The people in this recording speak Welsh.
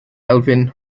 elfyn